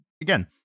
again